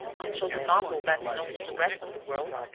can show the novel best known to the rest of the world,